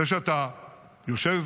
זה שאתה יושב